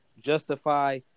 justify